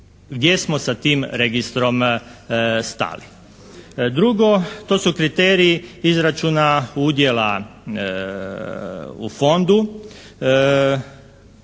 gdje smo sa tim registrom stali. Drugo. To su kriteriji izračuna udjela u fondu.